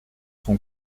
son